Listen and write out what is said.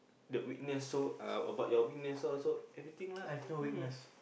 the weakness so uh about your weakness everything lah mm